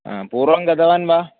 हा पूर्वं गतवान् वा